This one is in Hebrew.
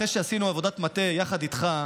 אחרי שעשינו עבודת מטה יחד איתך,